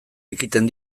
ekiten